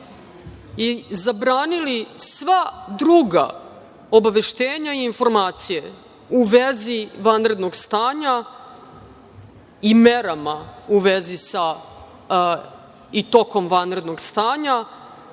i zabranili sva druga obaveštenja i informacije u vezi vanrednog stanja i merama u vezi sa i tokom vanrednog stanja,